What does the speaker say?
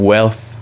Wealth